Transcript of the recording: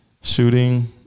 shooting